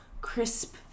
crisp